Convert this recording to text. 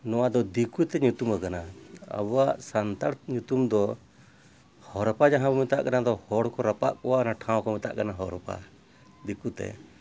ᱱᱚᱣᱟᱫᱚ ᱫᱤᱠᱩᱛᱮ ᱧᱩᱛᱩᱢ ᱟᱠᱟᱱᱟ ᱟᱵᱚᱣᱟᱜ ᱥᱟᱱᱛᱟᱲ ᱧᱩᱛᱩᱢ ᱫᱚ ᱦᱚᱨᱚᱯᱟ ᱡᱟᱦᱟᱸᱵᱚᱱ ᱢᱮᱛᱟᱜ ᱠᱟᱱᱟ ᱦᱚᱲ ᱠᱚ ᱨᱟᱯᱟᱜ ᱠᱚᱣᱟ ᱚᱱᱟ ᱴᱷᱟᱶ ᱠᱚ ᱢᱮᱛᱟᱜ ᱠᱟᱱᱟ ᱦᱚᱨᱚᱯᱯᱟ ᱫᱤᱠᱩᱛᱮ